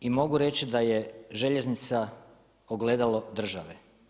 I mogu reći da je željeznica ogledalo države.